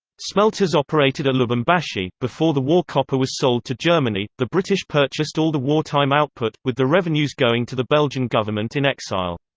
smelters operated at lubumbashi before the war copper was sold to germany the british purchased all the wartime output, with the revenues going to the belgian government in exile.